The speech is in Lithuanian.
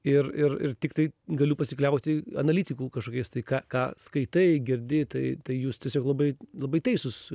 ir ir ir tiktai galiu pasikliauti analitikų kažkokiais tai ką ką skaitai girdi tai tai jūs tiesiog labai labai teisūs